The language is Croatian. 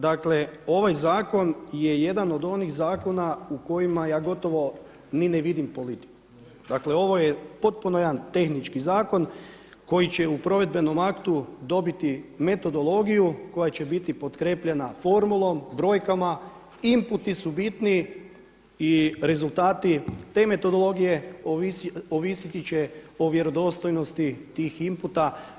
Dakle, ovaj zakon je jedan od onih zakona u kojima ja gotovo ni ne vidim politiku, dakle ovo je jedan potpuno tehnički zakon koji će u provedbenom aktu dobiti metodologiju koja će biti potkrepljena formulom, brojkama, imputi su bitni i rezultati te metodologije ovisiti će o vjerodostojnosti tih imputa.